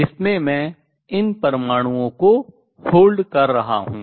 जिसमें मैं इन परमाणुओं को hold पकड़ बाँध कर रहा हूँ